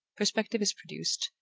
perspective is produced,